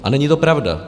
A není to pravda.